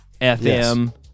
FM